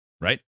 right